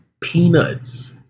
Peanuts